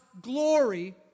glory